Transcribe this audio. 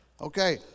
Okay